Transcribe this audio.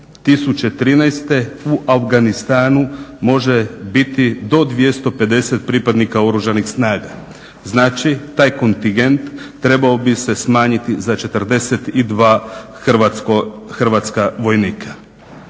2013. u Afganistanu može biti do 250 pripadnika Oružanih snaga". Znači, taj kontingent trebao bi se smanjiti za 42 hrvatska vojnika.